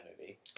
movie